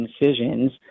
incisions